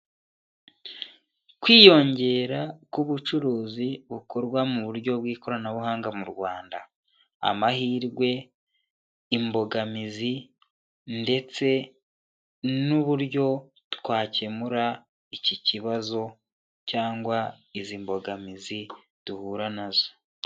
Kwiyongera k'ubucuruzi bukorwa mu buryo bw'ikoranabuhanga mu Rwanda, amahirwe, imbogamizi ndetse n'uburyo twakemura iki kibazo cyangwa izi mbogamizi duhura nazo.